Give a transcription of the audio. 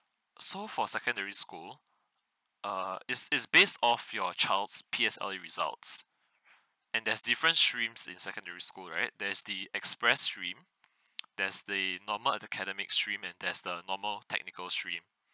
so for secondary school err it's it's based of your child's P_S_L_E results and there's different streams in secondary school right there's the express stream there's the normal academic stream and there's the normal technical stream